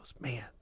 man